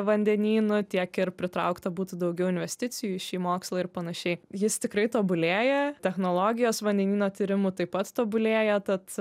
vandenynų tiek ir pritraukta būtų daugiau investicijų į šį mokslą ir panašiai jis tikrai tobulėja technologijos vandenyno tyrimų taip pat tobulėja tad